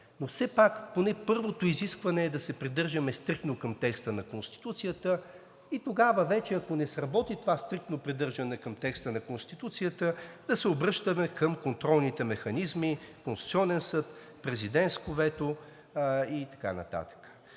Но все пак поне първото изискване е да се придържаме стриктно към текста на Конституцията и тогава вече, ако не сработи това стриктно придържане към текста на Конституцията, да се обръщаме към контролните механизми – Конституционен съд, президентско вето и т.н.